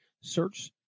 search